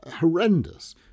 horrendous